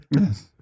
Yes